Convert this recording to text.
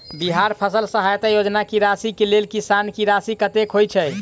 बिहार फसल सहायता योजना की राशि केँ लेल किसान की राशि कतेक होए छै?